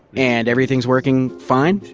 and everything's working fine?